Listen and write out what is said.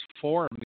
form